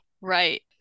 right